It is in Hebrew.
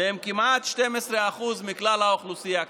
שהם כמעט 12% מכלל האוכלוסייה,